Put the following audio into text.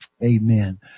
Amen